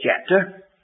chapter